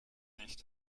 nicht